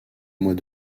mois